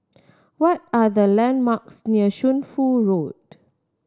what are the landmarks near Shunfu Road